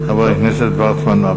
חבר הכנסת וורצמן.